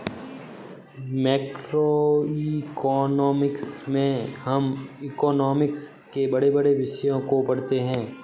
macroeconomics में हम economics के बड़े बड़े विषयों को पढ़ते हैं